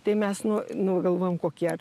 tai mes nu nu galvojam kokie ar